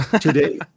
today